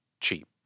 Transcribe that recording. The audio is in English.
cheap